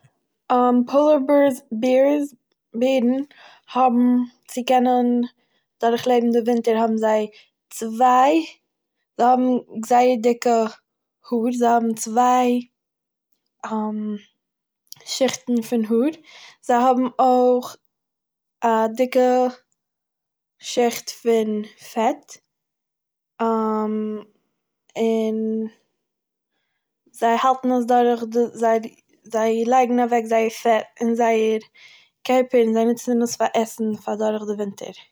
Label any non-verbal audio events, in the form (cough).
(hesitation) פאלא בער'ס ביר'ס בער'ן האבן... צו קענען דורכלעבן די ווינטער האבן זיי צוויי.... זיי האבן זייער דיקע האר, זיי האבן צוויי (hesitation) שיכטן פון האר, זיי האבן אויך א דיקע שיכט פון פעט, - און זיי האלטן עס דורך זיי לייגן אוועק זייער פע- אין זייער קערפער און זיי נוצן עס פאר עסן פאר דורך די ווינטער.